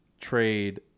trade